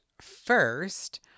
first